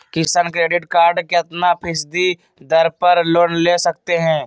किसान credit card कितना फीसदी दर पर लोन ले सकते हैं?